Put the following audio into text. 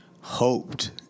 hoped